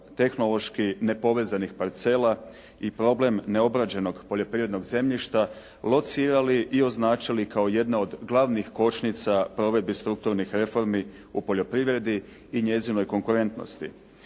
tehnološki nepozvanih parcela i problem neobrađenog poljoprivrednog zemljišta locirali i označili kao jednu od glavnih kočnica provedbi strukturnih reformi u poljoprivredi i njezinoj konkurentnosti.